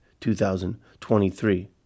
2023